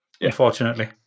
Unfortunately